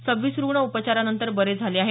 सव्वीस रुग्ण उपचारांनंतर बरे झाले आहेत